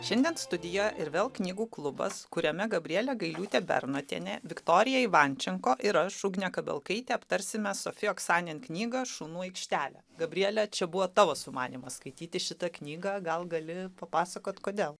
šiandien studijoje ir vėl knygų klubas kuriame gabrielė gailiūtė bernotienė viktorija ivančenko ir aš ugnė kabelkaitė aptarsime sofi oksanen knygą šunų aikštelė gabriele čia buvo tavo sumanymas skaityti šitą knygą gal gali papasakot kodėl